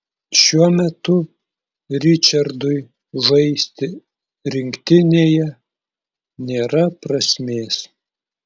šiuo metu ričardui žaisti rinktinėje nėra prasmės